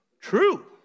true